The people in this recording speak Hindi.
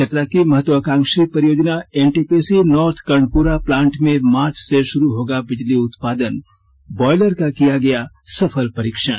चतरा की महत्वाकांक्षी परियोजना एनटीपीसी नॉर्थ कर्णपुरा प्लांट में मार्च से शुरू होगा बिजली उत्पादन ब्यायलर का किया गया सफल परीक्षण